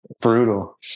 brutal